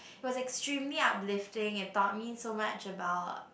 it was extremely uplifting it taught me so much about